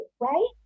Right